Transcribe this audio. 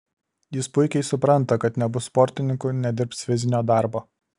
jis puikiai supranta kad nebus sportininku nedirbs fizinio darbo